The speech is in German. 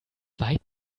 weit